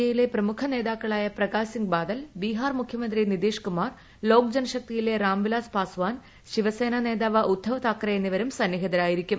എയിലെ പ്രമുഖ നേതാക്കളായ പ്രകാശ് സ്ഥിംഗ് ബാദൽ ബീഹാർ മുഖ്യമന്ത്രി നിതീഷ്കുമാർ ലോക് ജന്ശക്തിയിലെ രാം വിലാസ് പാസ്വാൻ ശിവസേനാ നേതാവ് ഉദ്ദവ് താക്കറെ എന്നിവരും സന്നിഹിതരായിരിക്കും